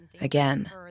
again